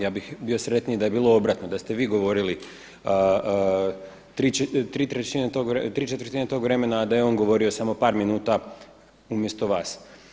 Ja bih bio sretniji da je bilo obratno, da ste vi govorili tri četvrtine tog vremena, a da je on govorio samo par minuta umjesto vas.